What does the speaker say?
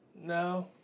No